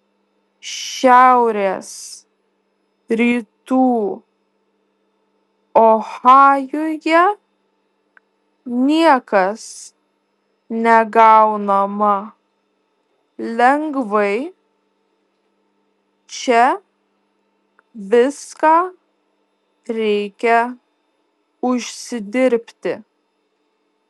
šiaurės rytų ohajuje niekas negaunama lengvai čia viską reikia užsidirbti